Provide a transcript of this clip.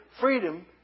Freedom